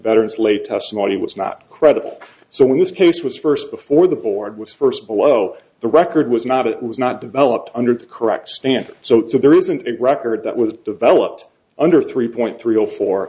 veterans late testimony was not credible so when this case was first before the board was first below the record was not it was not developed under the correct standard so there isn't a record that was developed under three point three zero four